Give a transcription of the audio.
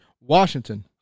Washington